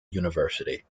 university